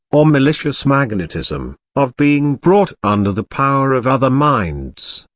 or malicious magnetism, of being brought under the power of other minds,